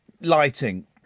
lighting